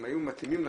אם היו מתאימים לכם,